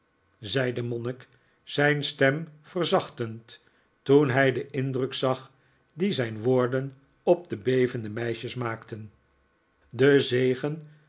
zei de monnik zijn stem verzachtend toen hij den indruk zag dien zijn woorden op de bevende meisjes maakten de zegen